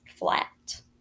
Flat